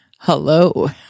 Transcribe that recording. Hello